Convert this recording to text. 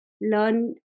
learn